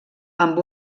amb